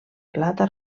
plata